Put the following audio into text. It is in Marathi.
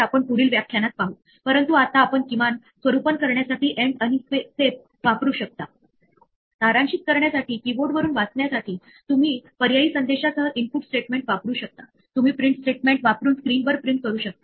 जर आपण त्याला या फंक्शनमध्ये हाताळू शकलो नाही ही जिथे आपण आत्ता आहोत एरर त्या ठिकाणी परत जाऊन या फंक्शनला रद्द करेल परत मागे जाईल आणि शेवटी जेव्हा ती एरर मेन थ्रेडच्या नियंत्रणाखाली येईल पहिल्या पायथोन कोडचे पहिले फंक्शन ज्याची आपण अंमलबजावणी करणार आहोत तिथे जर का एरर हाताळली गेली नाही तर निश्चितपणे संपूर्ण पायथोन प्रोग्रम रद्द होईल